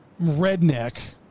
redneck